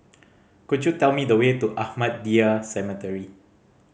could you tell me the way to Ahmadiyya Cemetery